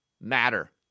matter